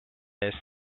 ees